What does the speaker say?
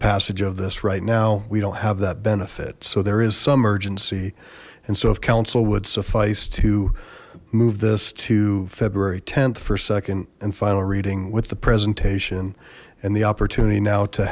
passage of this right now we don't have that benefit so there is some urgency and so if council would suffice to this to february th for second and final reading with the presentation and the opportunity now to